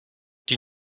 die